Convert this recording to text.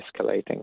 escalating